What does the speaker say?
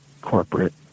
corporate